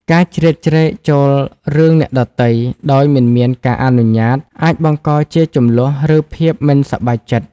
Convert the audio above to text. ការជ្រៀតជ្រែកចូលរឿងអ្នកដទៃដោយមិនមានការអនុញ្ញាត អាចបង្កជាជម្លោះ ឬភាពមិនសប្បាយចិត្ត។